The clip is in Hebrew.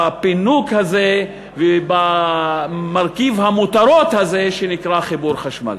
בפינוק הזה ובמרכיב המותרות הזה שנקרא חיבור לחשמל.